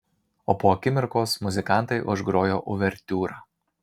o po akimirkos muzikantai užgrojo uvertiūrą